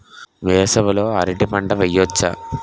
వేసవి లో అరటి పంట వెయ్యొచ్చా?